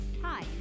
Hi